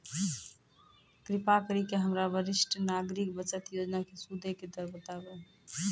कृपा करि के हमरा वरिष्ठ नागरिक बचत योजना के सूदो के दर बताबो